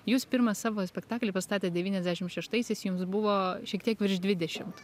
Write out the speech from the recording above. jūs pirmą savo spektaklį pastatėt devyniasdešim šeštaisiais jums buvo šiek tiek virš dvidešimt